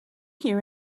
here